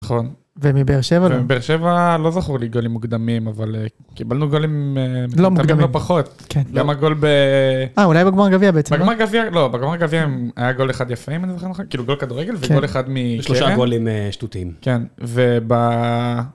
ומבאר שבע לא זכור לי גולים מוקדמים אבל קיבלנו גולים לא פחות. גם הגול בגמר גביע בגמר גביע בעצם. לא בגמר גביעה היה גול אחד יפה, אם אני זוכר כאילו גול כדורגל וגול אחד משלושה גולים שטותיים.